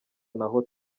naho